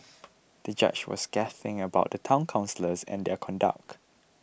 the judge was scathing about the Town Councillors and their conduct